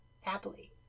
Happily